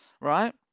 right